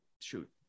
shoot